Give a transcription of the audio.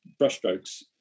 brushstrokes